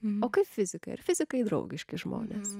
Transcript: mokslai fizika ir fizikai draugiški žmonės